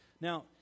Now